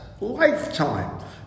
lifetime